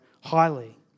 highly